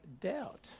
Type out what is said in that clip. doubt